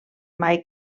mai